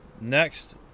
next